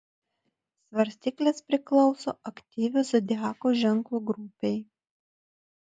svarstyklės priklauso aktyvių zodiako ženklų grupei